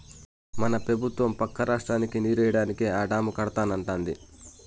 మన పెబుత్వం పక్క రాష్ట్రానికి నీరియ్యడానికే ఆ డాము కడతానంటాంది